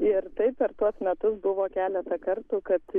ir taip per tuos metus buvo keletą kartų kad